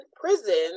prison